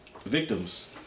victims